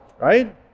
right